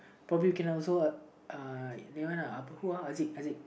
probably cannot alsouhNaona whouhAzik Azik